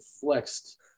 flexed